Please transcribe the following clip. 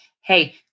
hey